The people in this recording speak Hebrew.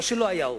לא שלא היה עוף,